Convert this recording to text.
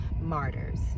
martyrs